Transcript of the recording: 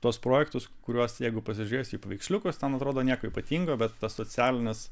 tuos projektus kuriuos jeigu pasižiūrėsi į paveiksliukus ten atrodo nieko ypatingo bet tas socialinis